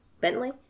Bentley